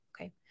Okay